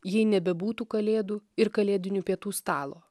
jei nebebūtų kalėdų ir kalėdinių pietų stalo